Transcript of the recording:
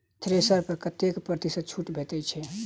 Thresher पर कतै प्रतिशत छूट भेटय छै?